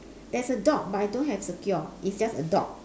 there's a dog but I don't have secure it's just a dog